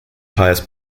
highest